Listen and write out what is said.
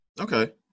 Okay